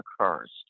occurs